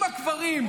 עם הקברים,